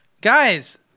guys